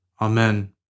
Amen